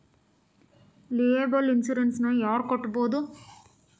Liable insurance ನ ಯಾರ್ ಕಟ್ಬೊದು?